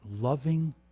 loving